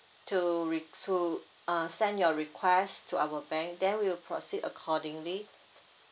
to re~ to uh send your request to our bank then we'll proceed accordingly